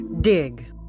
Dig